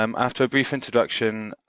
um after a brief introduction,